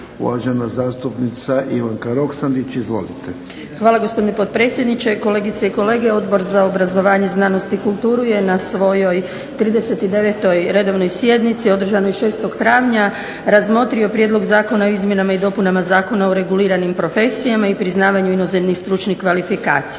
Hvala gospodine potpredsjedniče, kolegice i kolege. Odbor za obrazovanje, znanost i kulturu je na svojoj 39. redovnoj sjednici održanoj 6. travnja razmotrio prijedlog Zakona o izmjenama i dopunama Zakona o reguliranim profesijama, i priznavanju inozemnih stručnih kvalifikacija.